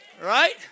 Right